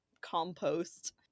compost